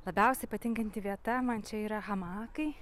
labiausiai patinkanti vieta man čia yra hamakai